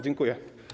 Dziękuję.